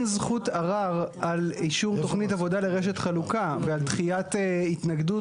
זכות ערר על אישור תכנית עבודה לרשת חלוקה ועל דחיית התנגדות